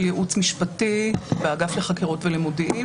ייעוץ משפטי באגף לחקירות ולמודיעין.